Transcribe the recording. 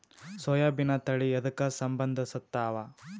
ಸೋಯಾಬಿನ ತಳಿ ಎದಕ ಸಂಭಂದಸತ್ತಾವ?